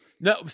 No